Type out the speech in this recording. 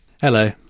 Hello